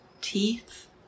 teeth